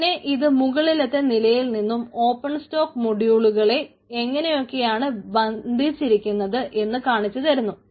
പിന്നെ ഇത് മുകളിലത്തെ നിലയിൽ നിന്നും ഓപ്പൺ സ്റ്റോക്ക് മോഡ്യൂളുകളെ എങ്ങനെയൊക്കെയാണ് ബന്ധിച്ചിരിക്കുന്നത് എന്ന് കാണിക്കുന്നു